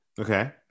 okay